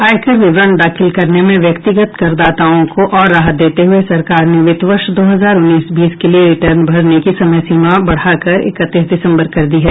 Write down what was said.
आयकर विवरण दाखिल करने में व्यक्तिगत करदाताओं को और राहत देते हुए सरकार ने वित्त वर्ष दो हजार उन्नीस बीस के लिए रिटर्न भरने की समय सीमा बढ़ाकर इकतीस दिसम्बर कर दी है